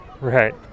Right